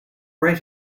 right